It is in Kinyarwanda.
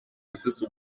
yazize